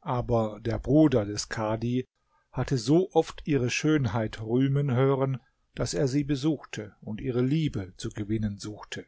aber der bruder des kadhi hatte so oft ihre schönheit rühmen hören daß er sie besuchte und ihre liebe zu gewinnen suchte